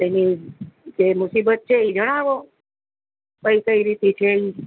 કઈ જે મુસીબત છે એ જણાવો પછી કઈ રીતે થયું